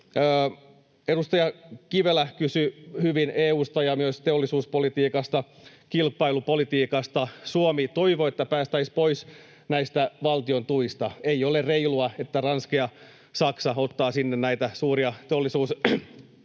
Edustaja Kivelä kysyi hyvin EU:sta ja myös teollisuuspolitiikasta, kilpailupolitiikasta. Suomi toivoo, että päästäisiin pois näistä valtion tuista. Ei ole reilua, että Ranska ja Saksa ottavat sinne näitä suuria teollisuuslaitoksia.